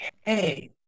hey